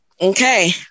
Okay